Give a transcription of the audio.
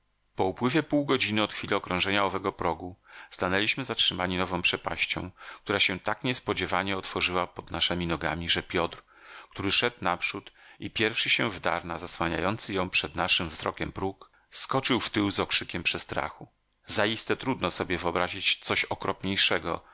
upływie pół godziny od chwili okrążenia owego progu stanęliśmy zatrzymani nową przepaścią która się tak niespodziewanie otworzyła pod naszemi nogami że piotr który szedł naprzód i pierwszy się wdarł na zasłaniający ją przed naszym wzrokiem próg skoczył w tył z okrzykiem przestrachu zaiste trudno sobie wyobrazić coś